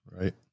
right